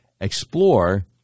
Explore